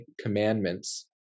commandments